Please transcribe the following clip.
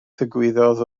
ddigwyddodd